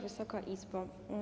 Wysoka Izbo!